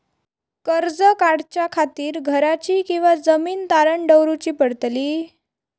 कर्ज काढच्या खातीर घराची किंवा जमीन तारण दवरूची पडतली?